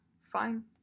Fine